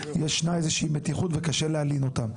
יש איזו מתחיות וקשה להלין אותם,